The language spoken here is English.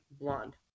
Blonde